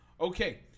okay